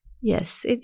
yes